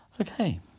Okay